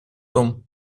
том